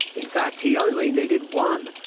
in fact he only needed one.